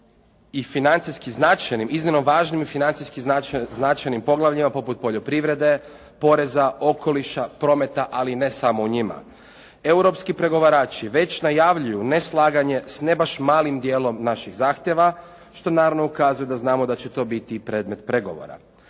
iznimno važnim i financijski značajnim poglavljima poput Poljoprivrede, Poreza, Okoliša, Prometa, ali ne samo u njima. Europski pregovarači već najavljuju neslaganje s ne baš malim dijelom naših zahtjeva, što naravno ukazuje da znamo da će to biti predmet pregovora.